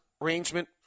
arrangement